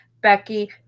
Becky